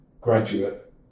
graduate